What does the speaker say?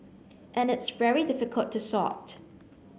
and it's very difficult to sort